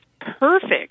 perfect